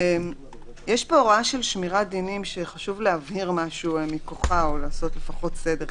יש פה הוראה של שמירת דינים שצריך להבהיר משהו מכוחה או לעשות בה סדר.